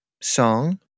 song